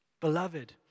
Beloved